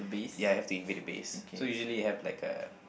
ya you have to invade the base so usually you have like a